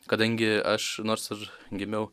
kadangi aš nors ir gimiau